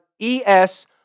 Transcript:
es